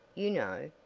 you know.